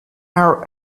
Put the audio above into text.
our